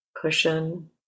cushion